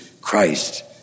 Christ